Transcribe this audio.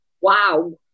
wow